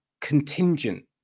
contingent